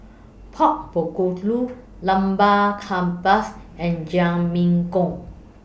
Pork Bulgogi Lamb Kebabs and